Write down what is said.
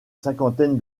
cinquantaine